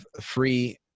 free